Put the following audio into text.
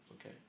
Okay